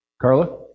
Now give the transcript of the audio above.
Carla